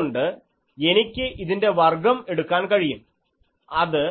അതുകൊണ്ട് എനിക്ക് ഇതിൻറെ വർഗ്ഗം എടുക്കാൻ കഴിയും അത്